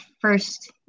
first